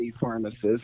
pharmacists